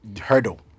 hurdle